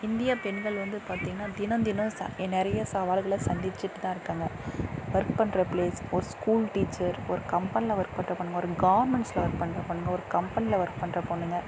இந்திய பெண்கள் வந்து பார்த்திங்கன்னா தினம் தினம் ச நிறைய சவால்களை சந்திச்சுட்டு தான் இருக்காங்க ஒர்க் பண்ணுற பிளேஸ் ஒரு ஸ்கூல் டீச்சர் ஒரு கம்பனியில் பண்ணுற பொண்ணுங்க ஒரு கார்மெண்ட்ஸில் ஒர்க் பண்ணுற பொண்ணுங்க ஒரு கம்பனியில் ஒர்க் பண்ணுற பொண்ணுங்க